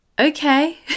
Okay